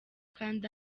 kanda